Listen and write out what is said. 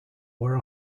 were